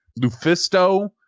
Lufisto